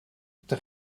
ydych